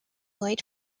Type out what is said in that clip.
light